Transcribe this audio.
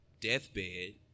deathbed